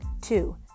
Two